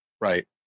Right